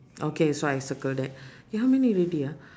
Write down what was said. okay so I circle that eh how many already ah